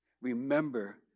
Remember